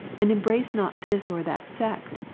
and embrace not this or that sect,